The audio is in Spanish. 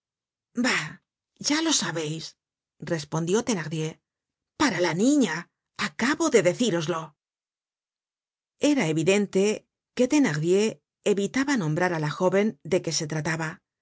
ya lo sabeis respondió thenardier para la niña acabo de decíroslo era evidente que thenardier evitaba nombrar á la jóven de que se trataba